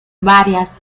varias